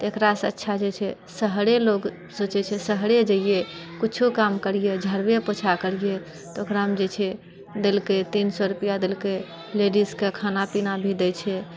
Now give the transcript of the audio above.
तऽ एकरासँ अच्छा जे छै शहरे लोग सोचै छै शहरे जाइए कुछो काम करियै झाड़ूये पोछा करियै तऽ ओकरामे जे छै देलकै तीन सए रुपआ देलकै लेडिजके खाना पीना भी दै छै